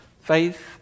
Faith